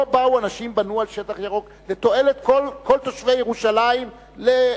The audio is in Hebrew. פה אנשים בנו על שטח ירוק לתועלת כל תושבי ירושלים לעדותיהם,